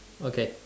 okay